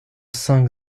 cinq